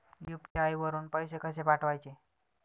UPI वरून पैसे कसे पाठवायचे?